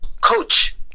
coach